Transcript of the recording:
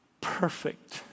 perfect